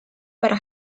para